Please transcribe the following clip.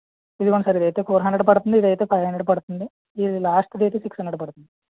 ఇదిగోనండీ sir ఇది అయితే four hundred పడుతుంది ఇది అయితే ఫైవ్ హండ్రెడ్ పడుతుంది ఇది లాస్ట్ది అయితే సిక్స్ హండ్రెడ్ పడుతుంది